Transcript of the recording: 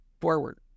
forward